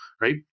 right